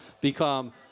become